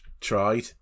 tried